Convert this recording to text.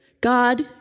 God